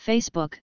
Facebook